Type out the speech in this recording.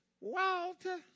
Walter